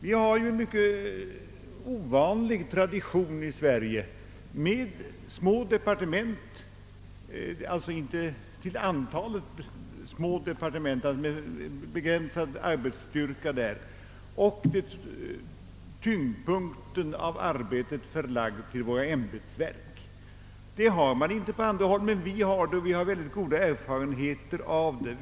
Vi har i Sverige en mycket ovanlig tradition med små departement med begränsad arbetsstyrka. Tyngdpunkten i arbetet är förlagd till våra centrala ämbetsverk, vilket man inte har motsvarighet till på andra håll. Vi har goda erfarenheter av detta system.